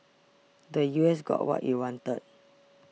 the U S got what it wanted